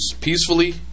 peacefully